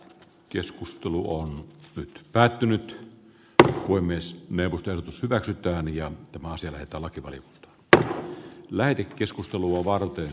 keskustelu on nyt päättynyt kone voi myös neuvotellut hyväksytään ja asennettava käveli b lähetekeskustelua varten